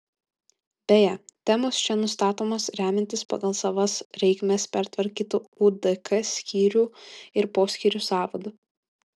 beje temos čia nustatomos remiantis pagal savas reikmes pertvarkytu udk skyrių ir poskyrių sąvadu